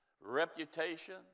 reputation